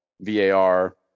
VAR